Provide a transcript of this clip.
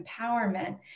empowerment